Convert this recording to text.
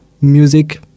music